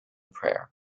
prayer